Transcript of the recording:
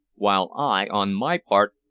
while i, on my part,